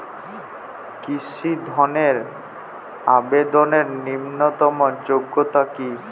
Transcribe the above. কৃষি ধনের আবেদনের ন্যূনতম যোগ্যতা কী?